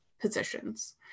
positions